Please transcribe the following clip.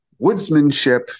woodsmanship